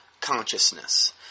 consciousness